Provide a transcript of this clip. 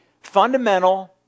fundamental